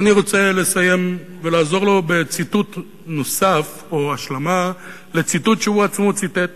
אני רוצה לסיים ולעזור לו בציטוט נוסף או השלמה לציטוט שהוא עצמו ציטט.